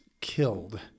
killed